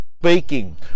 speaking